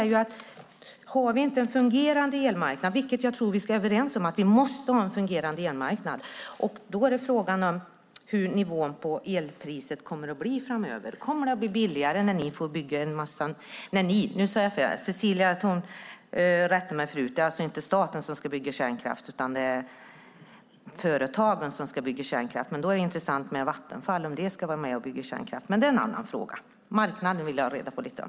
Jag tror att vi är överens om att vi måste ha en fungerande elmarknad, men då är frågan vilken nivå på elpriset det kommer att bli framöver. Kommer det att bli billigare när det byggs kärnkraft? Cecilie rättade mig förut - det är inte staten utan olika företag som ska bygga kärnkraft. Då är det intressant om Vattenfall ska vara med och bygga kärnkraft, men det är ju en annan fråga. Det är marknaden jag vill ha reda på lite om.